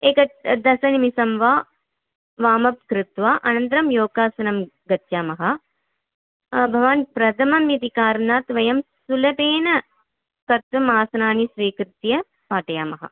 एक दशनिमेषं वा वार्मप् कृत्वा अनन्तरं योगासनं गच्छामः भवान् प्रथममिति कारणात् वयं सुलभेन कर्तुम् आसनानि स्वीकृत्य पाठयामः